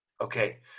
Okay